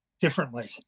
differently